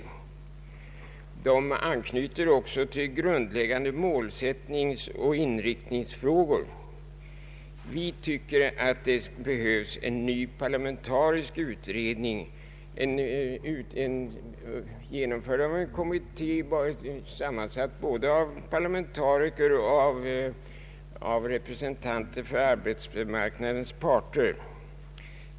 De anknyter också till grundläggande målsättningsoch inriktningsfrågor. Vi som står bakom reservation 1 anser att det behövs en ny parlamentarisk utredning, genomförd av en kommitté sammansatt av både parlamentariker och representanter för arbetsmarknadens parter.